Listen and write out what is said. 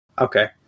Okay